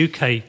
UK